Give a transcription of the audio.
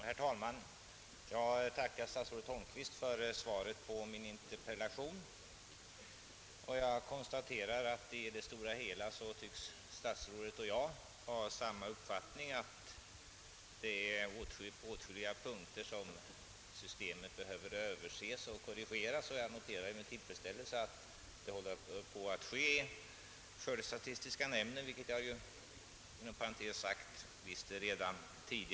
Herr talman! Jag tackar statsrådet Holmqvist för svaret på min interpellation. I det stora hela tycks statsrådet och jag ha samma uppfattning, nämligen att det nuvarande systemet behöver ses över och korrigeras på åtskilliga punkter. Jag noterar också med tillfredsställelse att man håller på med det i skördestatistiska nämnden — vilket jag inom parentes sagt redan kände till.